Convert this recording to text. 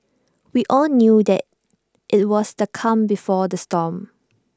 we all knew that IT was the calm before the storm